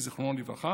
זיכרונו לברכה,